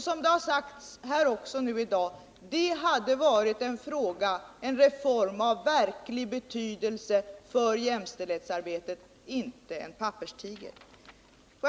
Som det har sagts även i dag hade det varit en reform av verklig betydelse för jämställdhetsarbetet, inte en papperstiger.